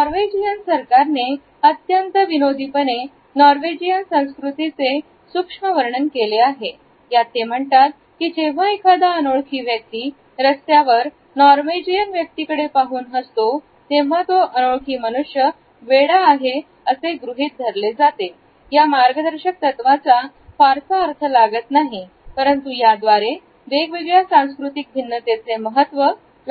Norwegian सरकारने अत्यंत विनोदी पणे नॉर्वेजियन संस्कृतीचे सूक्ष्म वर्णन केले आहे यात ते म्हणतात की जेव्हा एखादा अनोळखी व्यक्ती रस्त्यावर नॉर्वेजियन व्यक्तीकडे पाहून हसतो तेव्हा तो अनोळखी मनुष्य वेडा आहे असे गृहीत धरले जाते या मार्गदर्शक तत्वांचा फारसा अर्थ लागत नाही परंतु याद्वारे वेगवेगळ्या सांस्कृतिक भिनते चे महत्व